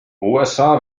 usa